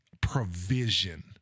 provision